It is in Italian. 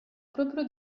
proprio